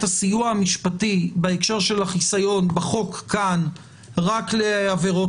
הסיוע המשפטי בהקשר של החיסיון בחוק כאן רק לעבירות